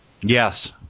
Yes